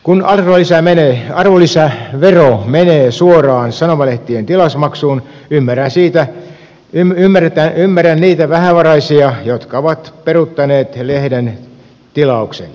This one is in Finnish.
kun arvonlisävero menee suoraan sanomalehtien tilausmaksuun ymmärrän niitä vähävaraisia jotka ovat peruuttaneet lehden tilauksen